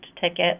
ticket